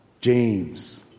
James